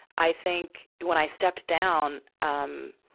i think, when i stepped down, um,